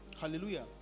hallelujah